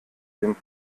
dem